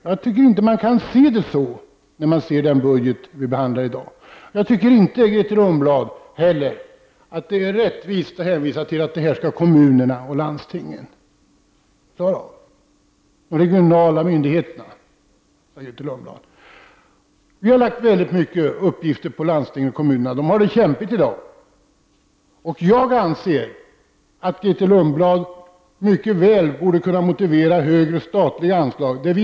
Det tycker jag inte framgår av den budget som vi har att ta 33 ställning till i dag. Det är enligt min mening inte heller riktigt av Grethe Lundblad att hänvisa till kommuner och landsting samt de regionala myndigheterna och säga att de skall klara av detta. Kommuner och landsting har ålagts stora uppgifter och har det kämpigt. Jag tycker att Grethe Lundblad mycket väl kan motivera högre statliga anslag.